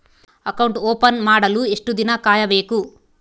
Account open ಮಾಡಲು ಎಷ್ಟು ದಿನ ಕಾಯಬೇಕು?